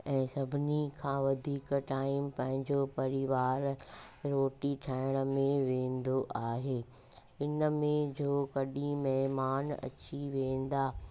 ऐं सभिनी खां वधीक टाइम पंहिंजो परिवार रोटी ठाहिण में वेंदो आहे इनमें जो कॾहिं महिमान अची वेंदा